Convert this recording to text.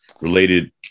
related